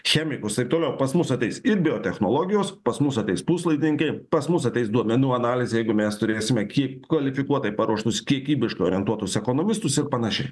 chemikus taip toliau pas mus ateis ir biotechnologijos pas mus ateis puslaidininkiai pas mus ateis duomenų analizė jeigu mes turėsime ki kvalifikuotai paruoštus kiekybiškai orientuotus ekonomistus ir panašiai